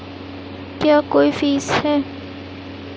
क्या कोई फीस है?